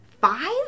five